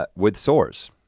but with sores,